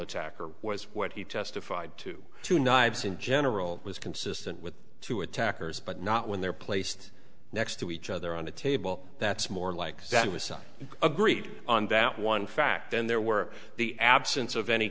attacker was what he testified to two knives in general was consistent with two attackers but not when they're placed next to each other on a table that's more like sadness i agree on that one fact than there were the absence of any